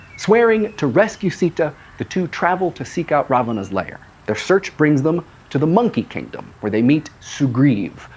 swearing to rescue sita, the two travel to seek out ravana' lair. their search brings them to the monkey kingdom, where they meet sugriv,